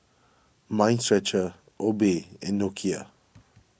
Mind Stretcher Obey and Nokia